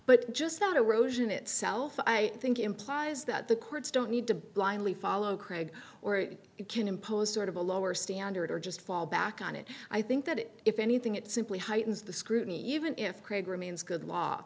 but just not a roge in itself i think implies that the courts don't need to blindly follow craig or if it can impose sort of a lower standard or just fall back on it i think that it if anything it simply heightens the scrutiny even